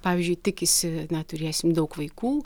pavyzdžiui tikisi na turėsim daug vaikų